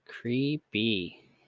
Creepy